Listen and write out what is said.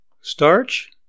Starch